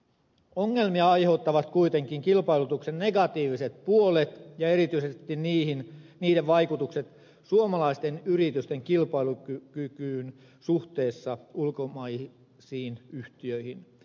ongelmia aiheuttavat kuitenkin kilpailutuksen negatiiviset puolet ja erityisesti niiden vaikutukset suomalaisten yritysten kilpailukykyyn suhteessa ulkomaisiin yhtiöihin